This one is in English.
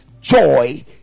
joy